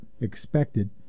expected